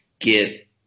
get